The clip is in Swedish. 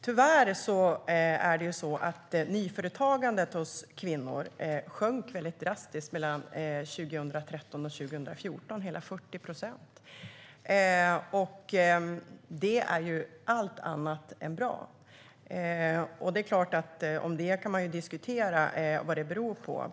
Tyvärr sjönk nyföretagandet bland kvinnor drastiskt mellan 2013 och 2014 med hela 40 procent. Det är ju allt annat än bra. Det är klart att man kan diskutera vad det beror på.